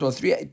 Three